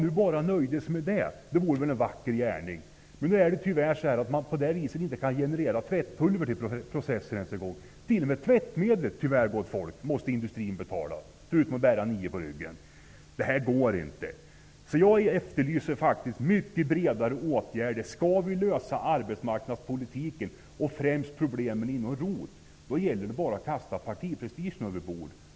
Det vore en vacker gärning om de bara nöjde sig med det. Men nu går det tyvärr inte att generera tvättpulver till processen. T.o.m. tvättmedlet, tyvärr gott folk, måste industrin betala, förutom att bära nio människors bördor på vardera rygg. Det går inte. Jag efterlyser mycket bredare åtgärder. Skall vi lösa problemen inom arbetsmarknadspolitiken och ROT är det bara att kasta partiprestigen överbord.